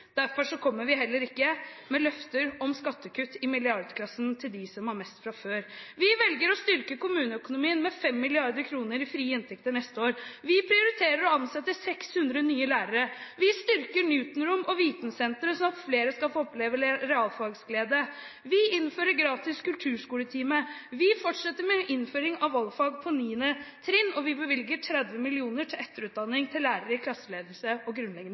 Derfor kommer vi heller ikke med løfter om skattekutt i milliardklassen til dem som har mest fra før. Vi velger å styrke kommuneøkonomien med 5 mrd. kr i frie inntekter neste år. Vi prioriterer å ansette 600 nye lærere. Vi styrker Newton-rom og vitensentre, slik at flere skal få oppleve realfagsglede. Vi innfører en gratis kulturskoletime. Vi fortsetter med innføring av valgfag for 9. trinn. Og vi bevilger 30 mill. kr til etterutdanning av lærere i klasseledelse og grunnleggende